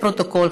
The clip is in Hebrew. לפרוטוקול,